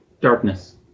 Darkness